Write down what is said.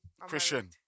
Christian